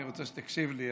אני רוצה שתקשיב לי,